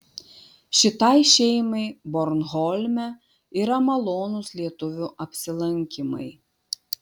šitai šeimai bornholme yra malonūs lietuvių apsilankymai